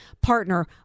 partner